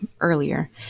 earlier